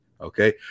Okay